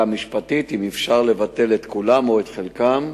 המשפטית אם אפשר לבטל את כולם או את חלקם.